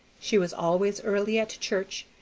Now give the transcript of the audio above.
she was always early at church,